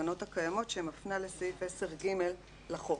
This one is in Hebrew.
בתקנות הקיימות, שמפנה לסעיף 10(ג) לחוק,